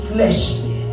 Fleshly